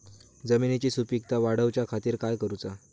जमिनीची सुपीकता वाढवच्या खातीर काय करूचा?